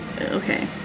okay